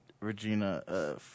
Regina